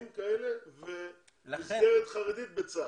לימודים ועל מסגרת חרדית בצה"ל.